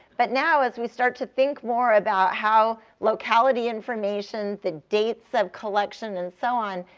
but now, as we start to think more about how locality information, the dates of collection, and so on,